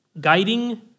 guiding